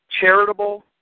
charitable